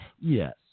Yes